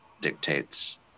dictates